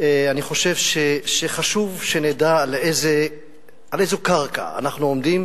אני חושב שחשוב שנדע על איזו קרקע אנחנו עומדים